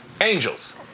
Angels